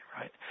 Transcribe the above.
right